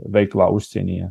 veiklą užsienyje